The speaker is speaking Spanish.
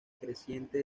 creciente